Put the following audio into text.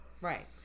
Right